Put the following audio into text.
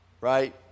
right